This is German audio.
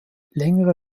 längere